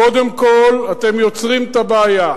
קודם כול, אתם יוצרים את הבעיה,